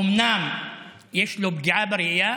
אומנם יש לו פגיעה בראייה,